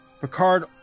Picard